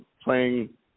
playing